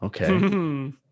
Okay